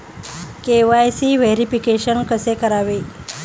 KYC verification कसे करावे?